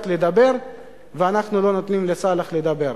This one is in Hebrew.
לדבר ואנחנו לא נותנים לסאלח לדבר.